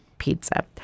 pizza